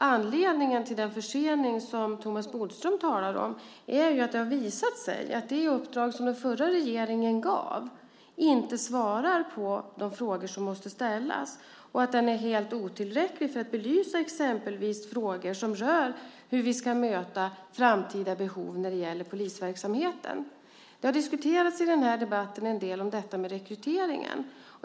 Anledningen till den försening som Thomas Bodström talar om är att det har visat sig att det uppdrag som den förra regeringen gav inte svarar på de frågor som måste ställas och att det är helt otillräckligt för att belysa exempelvis frågor som rör hur vi ska möta framtida behov när det gäller polisverksamheten. I den här debatten har rekryteringen diskuterats.